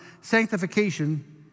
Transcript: Sanctification